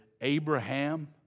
Abraham